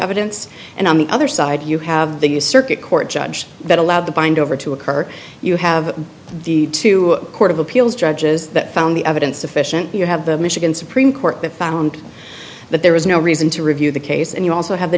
evidence and on the other side you have the u s circuit court judge that allowed the bind over to occur you have the two court of appeals judges that found the evidence sufficient you have the michigan supreme court that found that there was no reason to review the case and you also have the